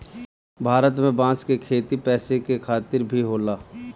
भारत में बांस क खेती पैसा के खातिर भी होला